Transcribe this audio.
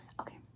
okay